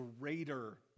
greater